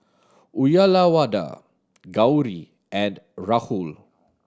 Uyyalawada Gauri and Rahul